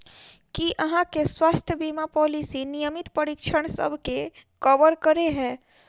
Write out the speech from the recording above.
की अहाँ केँ स्वास्थ्य बीमा पॉलिसी नियमित परीक्षणसभ केँ कवर करे है?